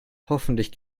hoffentlich